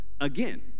again